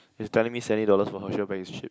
he's telling me seventy dollars for Herschel bag is cheap